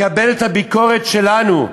לקבל את הביקורת שלנו,